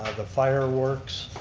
the fireworks,